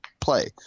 play